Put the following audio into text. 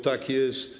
Tak jest.